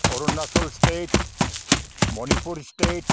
Arunachal state Manipur state